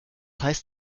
heißt